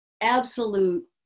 absolute